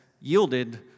yielded